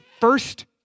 first